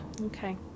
okay